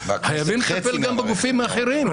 חייבים לטפל גם בגופים האחרים.